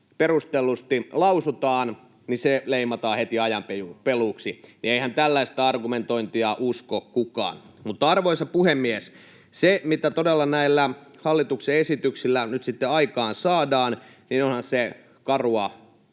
perustellusti lausutaan, se leimataan heti ajanpeluuksi. Eihän tällaista argumentointia usko kukaan. Arvoisa puhemies! Onhan se, mitä näillä hallituksen esityksillä nyt todella aikaan saadaan, karua